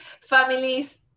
families